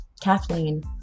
Kathleen